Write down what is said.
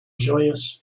joyous